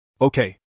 Okay